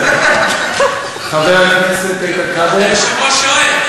וואו, וואו, וואו.